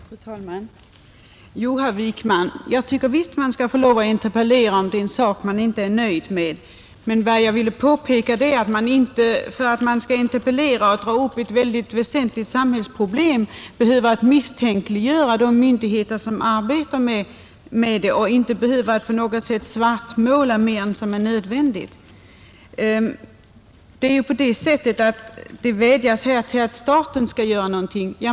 Fru talman! Jo, herr Wijkman, jag tycker visst att man skall få lov att interpellera om det är något man inte är nöjd med. Men vad jag ville påpeka är att då man interpellerar och tar upp ett mycket väsentligt samhällsproblem skall man inte behöva misstänkliggöra de myndigheter som arbetar med det problemet och inte svartmåla förhållandena i onödan. Det vädjas här om att staten skall göra någonting.